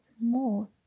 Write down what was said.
more